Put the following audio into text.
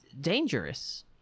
dangerous